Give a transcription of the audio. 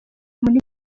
muri